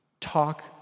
Talk